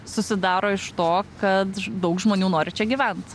susidaro iš to kad ž daug žmonių nori čia gyvent